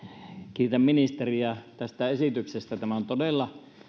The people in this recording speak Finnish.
kiitän ministeriä tästä esityksestä tämä on todella